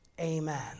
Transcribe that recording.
Amen